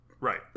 Right